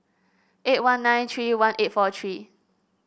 eight one nine three one eight four three